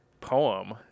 poem